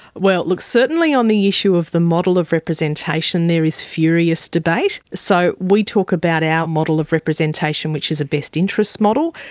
well, look certainly on the issue of the model of representation there is furious debate. so we talk about our model of representation which is a best interests model,